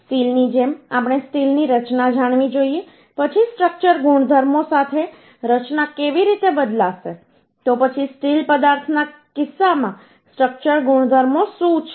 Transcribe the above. સ્ટીલની જેમ આપણે સ્ટીલની રચના જાણવી જોઈએ પછી સ્ટ્રક્ચર ગુણધર્મો સાથે રચના કેવી રીતે બદલાશે તો પછી સ્ટીલ પદાર્થના કિસ્સામાં સ્ટ્રક્ચર ગુણધર્મો શું છે